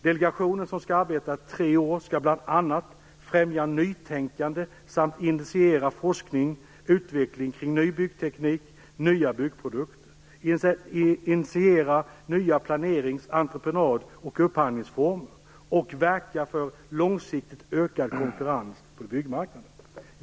Delegationen, som skall arbeta i tre år, skall bl.a: främja nytänkande samt initiera forskning och utveckling kring ny byggteknik och nya byggprodukter, initiera nya planerings entreprenad och upphandlingsformer, och verka för långsiktigt ökad konkurrens på byggmarknaden.